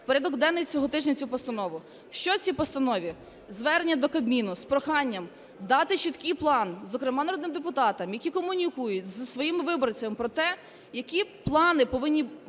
порядок денний цього тижня цю постанову. Що в цій постанові. Звернення до Кабміну з проханням дати чіткий план, зокрема народним депутатам, які комунікують зі своїми виборцями, про те, які плани повинні бути